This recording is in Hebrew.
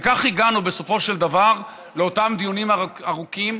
וכך הגענו בסופו של דבר לאותם דיונים ארוכים,